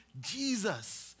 Jesus